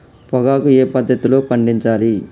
పొగాకు ఏ పద్ధతిలో పండించాలి?